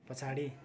पछाडि